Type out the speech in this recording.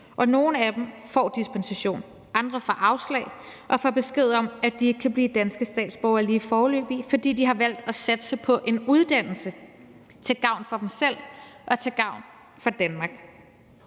og nogle af dem får dispensation, andre får afslag og får besked om, at de ikke kan blive danske statsborgere lige foreløbig, fordi de har valgt at satse på en uddannelse til gavn for dem selv og til gavn for Danmark.